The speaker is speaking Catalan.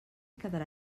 quedarà